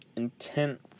intent